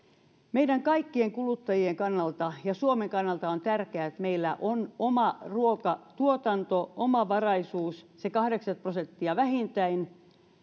meidän kaikkien kuluttajien kannalta ja suomen kannalta on tärkeää että meillä on oma ruokatuotanto omavaraisuus se kahdeksankymmentä prosenttia vähintään